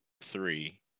three